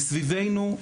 מסביבנו,